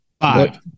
Five